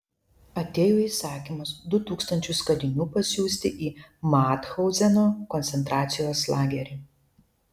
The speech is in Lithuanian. atėjo įsakymas du tūkstančius kalinių pasiųsti į mathauzeno koncentracijos lagerį